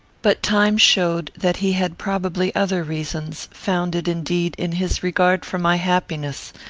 but time showed that he had probably other reasons, founded, indeed, in his regard for my happiness,